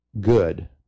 good